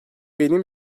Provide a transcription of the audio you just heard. benim